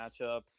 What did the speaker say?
matchup